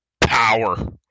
power